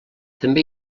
també